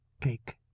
cake